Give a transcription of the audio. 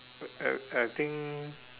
uh I I think